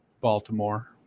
Baltimore